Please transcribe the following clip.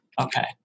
Okay